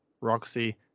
roxy